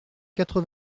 quatre